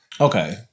Okay